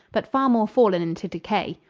but far more fallen into decay.